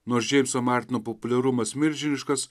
nors džeimso martino populiarumas milžiniškas